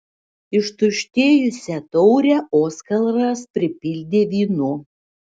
ištuštėjusią taurę oskaras pripildė vynu